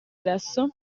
adesso